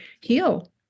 heal